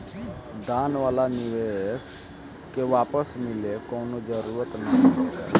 दान वाला निवेश के वापस मिले कवनो जरूरत ना मिलेला